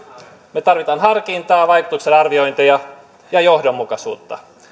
me tarvitsemme harkintaa vaikutusten arviointeja ja johdonmukaisuutta